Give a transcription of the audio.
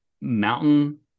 mountain